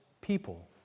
people